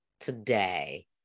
today